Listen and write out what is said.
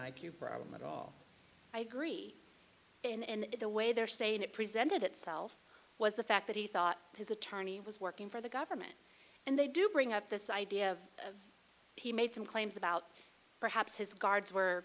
q problem at all i agree and the way they're saying it presented itself was the fact that he thought his attorney was working for the government and they do bring up this idea of he made some claims about perhaps his guards were